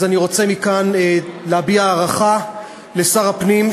אז אני רוצה מכאן להביע הערכה לשר הפנים,